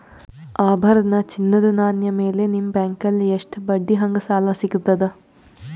ಆಭರಣ, ಚಿನ್ನದ ನಾಣ್ಯ ಮೇಲ್ ನಿಮ್ಮ ಬ್ಯಾಂಕಲ್ಲಿ ಎಷ್ಟ ಬಡ್ಡಿ ಹಂಗ ಸಾಲ ಸಿಗತದ?